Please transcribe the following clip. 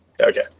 Okay